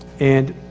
and.